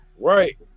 right